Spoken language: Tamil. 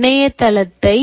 இணையத்தளத்தை